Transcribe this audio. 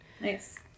nice